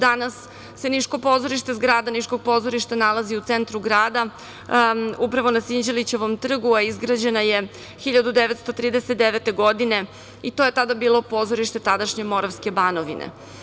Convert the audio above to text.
Danas se Niško pozorište, zgrada Niškog pozorišta nalazi u centru grada, upravo na Sinđelićevom trgu, a izgrađena je 1939. godine i to je tada bilo pozorište tadašnje Moravske banovine.